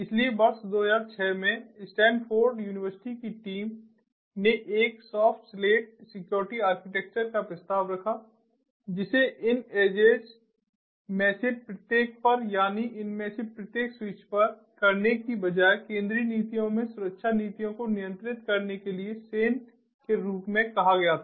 इसलिए वर्ष 2006 में स्टैनफोर्ड यूनिवर्सिटी की टीम ने एक साफ स्लेट सिक्योरिटी आर्किटेक्चर का प्रस्ताव रखा जिसे इन एजेज में से प्रत्येक पर यानी इनमें से प्रत्येक स्विच पर करने के बजाय केंद्रीय नीतियों में सुरक्षा नीतियों को नियंत्रित करने के लिए SANE के रूप में कहा गया था